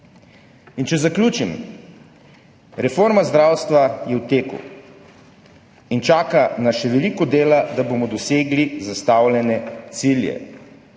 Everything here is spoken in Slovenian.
Če zaključim. Reforma zdravstva je v teku in čaka nas še veliko dela, da bomo dosegli zastavljene cilje,